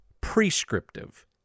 prescriptive